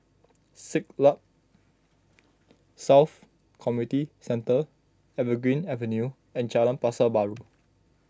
Siglap South Community Centre Evergreen Avenue and Jalan Pasar Baru